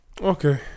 okay